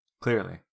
Clearly